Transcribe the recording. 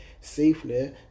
safely